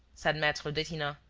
said maitre detinan.